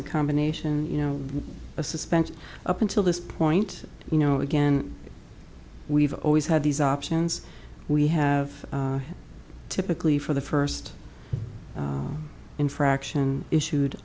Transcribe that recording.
a combination you know a suspension up until this point you know again we've always had these options we have typically for the first infraction issued